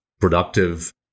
productive